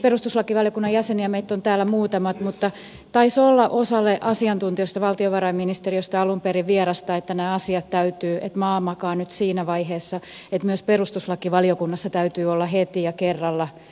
perustuslakivaliokunnan jäseniä meitä on täällä muutama mutta taisi olla osalle asiantuntijoista valtiovarainministeriöstä alun perin vierasta että maa makaa nyt siinä vaiheessa että myös perustuslakivaliokunnassa täytyy olla heti ja kerralla